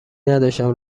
نداشتم